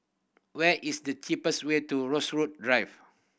where is the cheapest way to Rosewood Drive